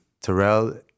Terrell